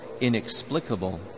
inexplicable